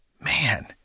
Man